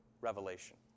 Revelation